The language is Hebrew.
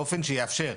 באופן שיאפשר.